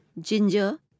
ginger